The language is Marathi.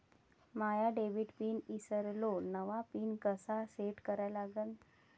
माया डेबिट पिन ईसरलो, नवा पिन कसा सेट करा लागन?